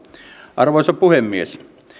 arvoisa puhemies